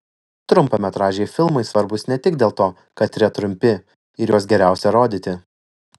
trumpametražiai filmai svarbūs ne tik dėl to kad yra trumpi ir juos geriausia rodyti